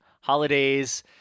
holidays